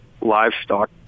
livestock